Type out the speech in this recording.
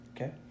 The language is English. Okay